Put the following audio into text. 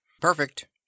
perfect